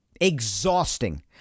Exhausting